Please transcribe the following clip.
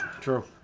True